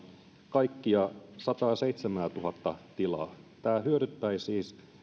kaikkia sataaseitsemäätuhatta tilaa tämä hyödyttäisi siis